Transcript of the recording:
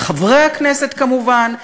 של חברי הכנסת כמובן,